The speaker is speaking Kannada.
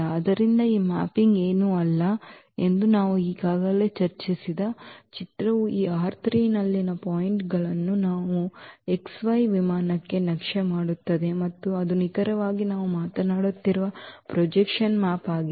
ಆದ್ದರಿಂದ ಈ ಮ್ಯಾಪಿಂಗ್ ಏನೂ ಅಲ್ಲ ಎಂದು ನಾವು ಈಗಾಗಲೇ ಚರ್ಚಿಸಿದ ಚಿತ್ರವು ಈ ನಲ್ಲಿನ ಪಾಯಿಂಟ್ ಅನ್ನು xy ವಿಮಾನಕ್ಕೆ ನಕ್ಷೆ ಮಾಡುತ್ತದೆ ಮತ್ತು ಅದು ನಿಖರವಾಗಿ ನಾವು ಮಾತನಾಡುತ್ತಿರುವ ಪ್ರೊಜೆಕ್ಷನ್ ಮ್ಯಾಪ್ ಆಗಿದೆ